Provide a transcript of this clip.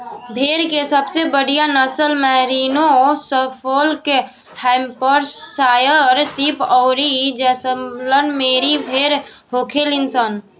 भेड़ के सबसे बढ़ियां नसल मैरिनो, सफोल्क, हैम्पशायर शीप अउरी जैसलमेरी भेड़ होखेली सन